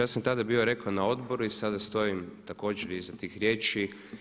Ja sam tada bio rekao na odboru i sada stojim također iza tih riječi.